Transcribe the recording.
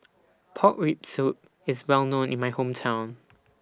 Pork Rib Soup IS Well known in My Hometown